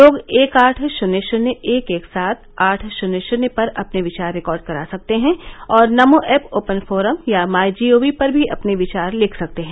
लोग एक आठ शून्य शून्य एक एक सात आठ शून्य शून्य पर अपने विचार रिकॉर्ड करा सकते हैं और नमो ऐप ओपन फोरम या माई जीओवी पर भी अपने विचार लिख सकते हैं